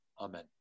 Amen